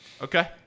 Okay